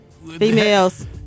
Females